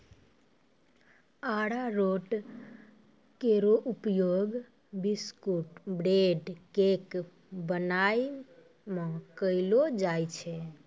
अरारोट केरो उपयोग biscuit, bread, cake बनाय म कयलो जाय छै